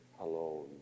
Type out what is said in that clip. alone